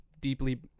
deeply